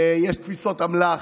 יש תפיסות אמל"ח,